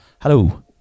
Hello